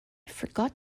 forgot